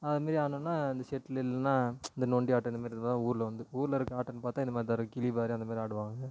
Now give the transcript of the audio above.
அதமாரி ஆடணும்னா இந்த ஷெட்டிலு இல்லைன்னா இந்த நொண்டி ஆட்டம் இந்தமாரி இதுதான் ஊரில் வந்து ஊரில் இருக்க ஆட்டம்னு பார்த்தா இந்த மாதிரி தான் இருக்குது கிளிபாரி அந்த மாதிரி ஆடுவாங்க